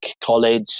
college